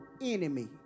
enemy